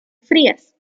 frías